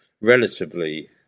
relatively